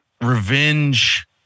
revenge